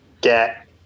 get